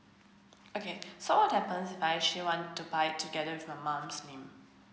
okay so what happens if I actually want to buy together with my mom's name mm